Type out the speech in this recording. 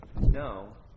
no